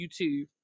YouTube